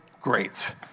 great